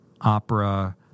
opera